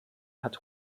hat